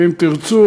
ואם תרצו,